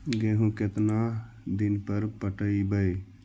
गेहूं केतना दिन पर पटइबै?